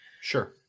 Sure